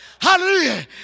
Hallelujah